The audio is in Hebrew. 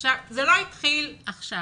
זה לא התחיל עכשיו